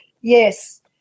Yes